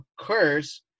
occurs